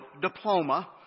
diploma